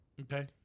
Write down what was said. Okay